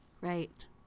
Right